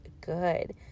good